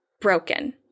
broken